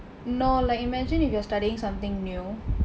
no like imagine if you are studying something new